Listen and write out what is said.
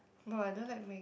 no I don't like wing